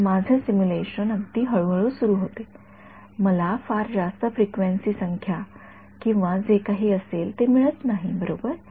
तर माझे सिम्युलेशन अगदी हळूहळू सुरू होते मला फार जास्त फ्रिक्वेन्सी संख्या किंवा जे काही असेल ते मिळत नाही बरोबर